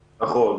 נכון.